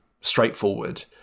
straightforward